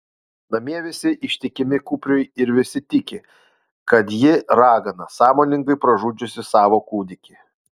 namie visi ištikimi kupriui ir visi tiki kad ji ragana sąmoningai pražudžiusi savo kūdikį